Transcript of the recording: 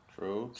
True